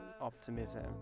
optimism